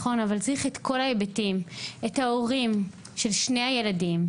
אבל צריך שיהיו בו כל ההיבטים: ההורים של שני הילדים,